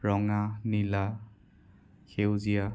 ৰঙা নীলা সেউজীয়া